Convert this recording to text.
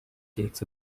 takes